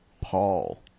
Paul